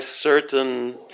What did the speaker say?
certain